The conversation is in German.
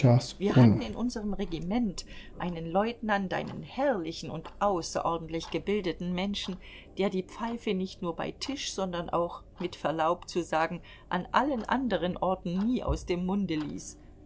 wir hatten in unserem regiment einen leutnant einen herrlichen und außerordentlich gebildeten menschen der die pfeife nicht nur bei tisch sondern auch mit verlaub zu sagen an allen anderen orten nie aus dem munde ließ